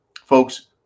folks